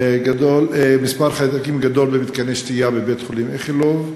מספר חיידקים גדול במתקני שתייה בבית-החולים איכילוב.